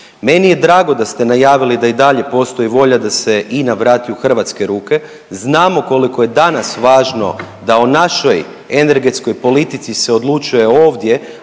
Meni je drago da ste najavili da i dalje postoji volja da se INA vrati u hrvatske ruke. Znamo koliko je danas važno da o našoj energetskoj politici se odlučuje ovdje,